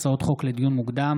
הצעות חוק לדיון מוקדם,